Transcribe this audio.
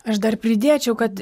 aš dar pridėčiau kad